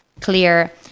clear